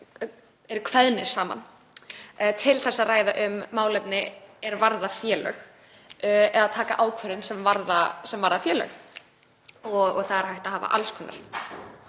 eru kveðnir saman til að ræða um málefni er varðar félög eða taka ákvörðun sem varðar félög. Það er hægt að hafa alls konar